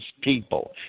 people